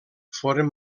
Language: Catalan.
foren